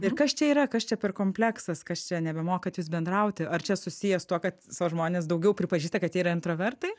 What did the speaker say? ir kas čia yra kas čia per kompleksas kas čia nebemokat jūs bendrauti ar čia susiję su tuo kad žmonės daugiau pripažįsta kad jie yra intravertai